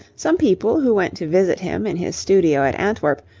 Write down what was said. some people, who went to visit him in his studio at antwerp,